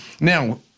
now